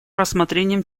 рассмотрением